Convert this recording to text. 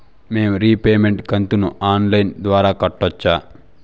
మేము రీపేమెంట్ కంతును online ద్వారా కట్టొచ్చా